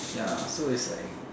ya so it's like